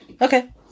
Okay